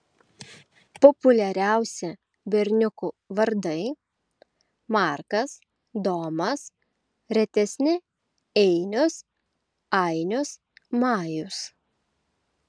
populiariausi berniukų vardai markas domas retesni einius ainius majus